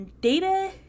data